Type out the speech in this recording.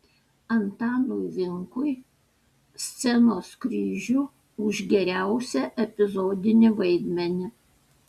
antanui vinkui scenos kryžių už geriausią epizodinį vaidmenį